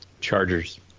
Chargers